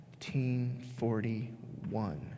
1941